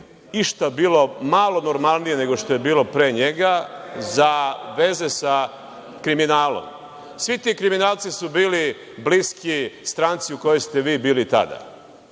išta bilo malo normalnije nego što je bilo pre njega za veze sa kriminalom. Svi ti kriminalci su bili bliski stranci u kojoj ste vi bili tada